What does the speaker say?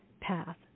path